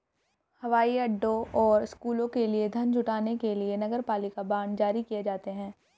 हवाई अड्डों और स्कूलों के लिए धन जुटाने के लिए नगरपालिका बांड जारी किए जाते हैं